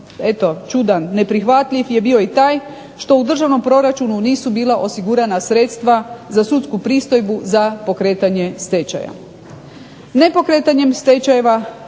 čudan, neprihvatljiv je bio i taj što u državnom proračunu nisu bila osigurana sredstva za sudsku pristojbu za pokretanje stečaja.